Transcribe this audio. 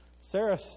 Sarah